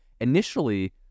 Initially